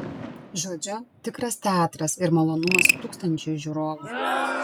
žodžiu tikras teatras ir malonumas tūkstančiui žiūrovų